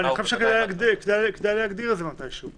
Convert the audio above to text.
אני חושב שכדאי להגדיר את זה לטקס החופה.